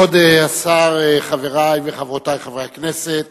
השר, חברי וחברותי חברי הכנסת,